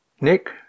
Nick